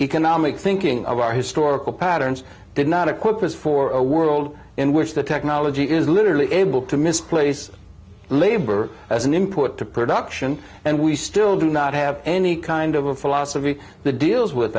economic thinking of our historical patterns did not equipped us for a world in which the technology is literally able to misplace labor as an input to production and we still do not have any kind of a philosophy the deals with